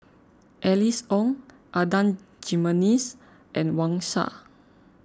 Alice Ong Adan Jimenez and Wang Sha